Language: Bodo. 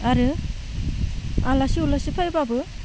आरो आलासि उलासि फायब्लाबो